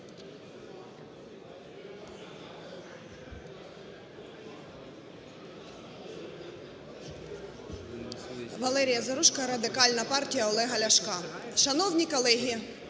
Валерія Заружко, Радикальна партія Олега Ляшка. Шановні колеги,